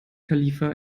khalifa